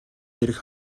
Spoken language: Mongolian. дээрх